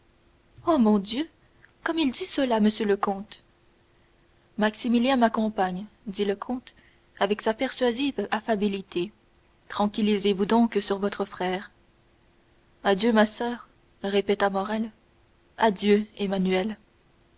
oh mon dieu comme il dit cela monsieur le comte maximilien m'accompagne dit le comte avec sa persuasive affabilité tranquillisez-vous donc sur votre frère adieu ma soeur répéta morrel adieu emmanuel